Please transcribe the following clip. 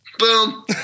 boom